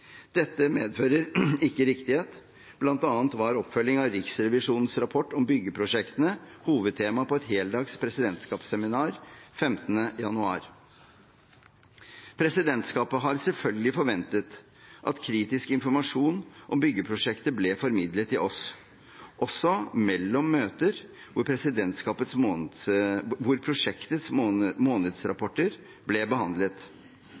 Dette medfører ikke riktighet. Blant annet var oppfølging av Riksrevisjonens rapport om byggeprosjektene hovedtema på et heldags presidentskapsseminar 15. januar. Presidentskapet har selvfølgelig forventet at kritisk informasjon om byggeprosjektet ble formidlet til oss også mellom møter hvor prosjektets månedsrapporter ble behandlet.